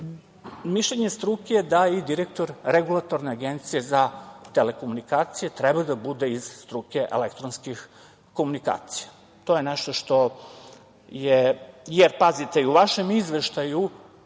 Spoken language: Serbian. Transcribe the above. mišljenje struke je da i direktor Regulatorne agencije za telekomunikacije treba da bude iz struke elektronskih komunikacija. Jer, pazite, i u vašem izveštaju